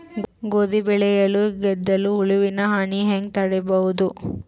ಗೋಧಿ ಬೆಳೆಯಲ್ಲಿ ಗೆದ್ದಲು ಹುಳುವಿನ ಹಾನಿ ಹೆಂಗ ತಡೆಬಹುದು?